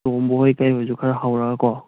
ꯇꯣꯝꯕ ꯍꯣꯏ ꯀꯩꯑꯣꯏꯁꯨ ꯈꯔ ꯍꯧꯔꯒꯀꯣ